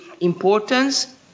importance